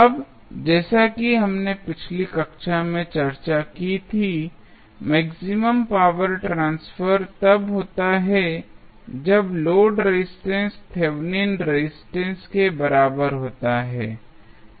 अब जैसा कि हमने पिछली कक्षा में चर्चा की थी मैक्सिमम पावर ट्रांसफर तब होता है जब लोड रेजिस्टेंस थेवेनिन रेजिस्टेंस के बराबर होता है